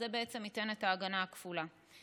זה בעצם ייתן את ההגנה הכפולה.